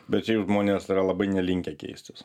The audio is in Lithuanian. bet šiaip žmonės yra labai nelinkę keistis